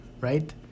right